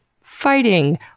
Fighting